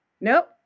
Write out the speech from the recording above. nope